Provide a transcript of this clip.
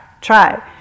try